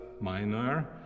minor